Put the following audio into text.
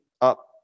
up